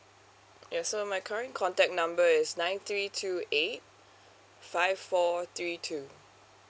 ya so my current contact number is nine three two eight five four three two